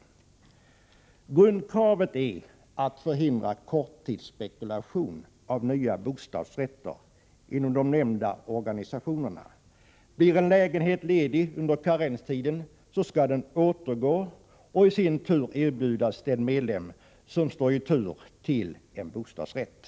Grundkravet är att förhindra korttidsspekulation i fråga om nya bostadsrätter inom de nämnda organisationerna. Om en lägenhet blir ledig under karenstiden skall den återgå till organisationen och i sin tur erbjudas den medlem som står i tur till en bostadsrätt.